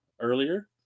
earlier